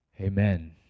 Amen